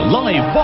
live